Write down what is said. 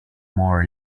more